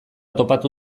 topatu